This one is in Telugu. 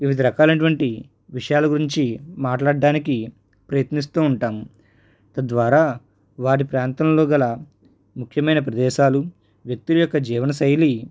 వివిధ రకాలు అయినటువంటి విషయాల గురుంచి మాట్లాడడానికి ప్రయత్నిస్తూ ఉంటాము తద్వారా వారి ప్రాంతంలో గల ముఖ్యమైన ప్రదేశాలు వ్యక్తి యొక్క జీవన శైలి